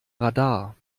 radar